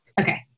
okay